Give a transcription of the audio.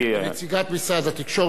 לנציגת משרד התקשורת,